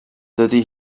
dydy